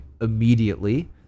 immediately